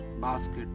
basket